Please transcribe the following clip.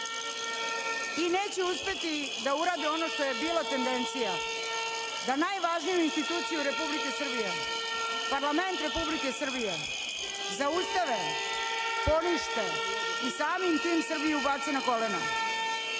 i neće uspeti da urade ono što je bila tendencija da najvažniju instituciju Republike Srbije, parlament Republike Srbije zaustave, ponište i samim tim Srbiju bace na kolena. Koliko